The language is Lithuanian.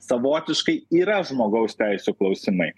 savotiškai yra žmogaus teisių klausimai